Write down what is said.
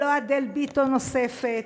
ואדל ביטון נוספת,